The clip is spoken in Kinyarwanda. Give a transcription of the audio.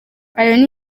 ayo